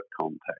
context